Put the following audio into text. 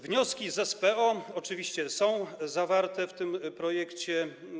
Wnioski z SPO oczywiście są zawarte w tym projekcie.